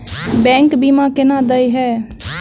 Bank बीमा केना देय है?